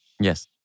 yes